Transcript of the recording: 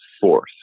fourth